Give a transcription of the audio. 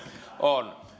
on